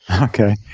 Okay